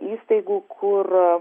įstaigų kur